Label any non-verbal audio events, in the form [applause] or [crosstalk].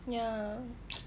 ya [noise]